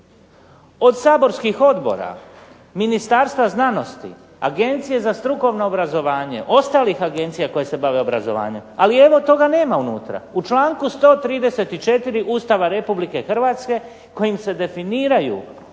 od saborskih odbora, Ministarstva znanosti, Agencije za strukovno obrazovanje, ostalih agencija koje se bave obrazovanjem. Ali evo toga nema unutra. U članku 134. Ustava Republike Hrvatske kojim se definiraju